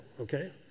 okay